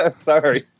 sorry